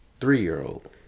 three-year-old